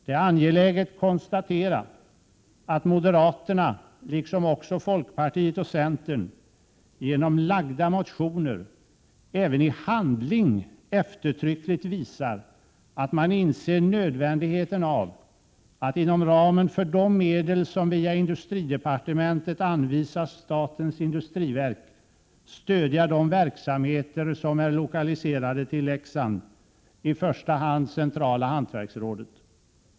Det är angeläget att konstatera att moderaterna, liksom också folkpartiet och centern, genom väckta motioner även i handling eftertryckligt visar att man inser nödvändigheten av att inom ramen för de medel som via industridepartementet anvisas statens industriverk stödja de verksamheter som är lokaliserade till Leksand, i första hand Centrala hantverksrådet.